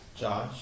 Josh